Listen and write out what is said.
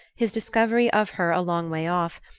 his discovery of her a long way off,